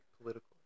political